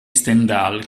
stendhal